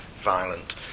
violent